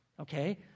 Okay